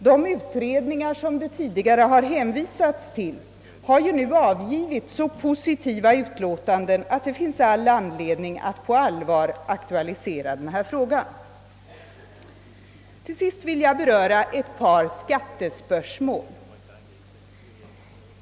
De utredningar som man tidigare har hänvisat till har ju nu avgivit så positiva utlåtanden att det finns anledning att på allvar aktualisera denna fråga. Till sist vill jag beröra ett par skattespörsmål.